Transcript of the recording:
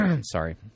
Sorry